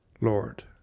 Lord